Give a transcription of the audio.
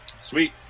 Sweet